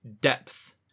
depth